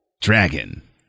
Dragon